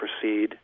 proceed